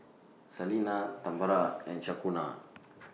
Salina Tambra and Shaquana